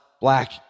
black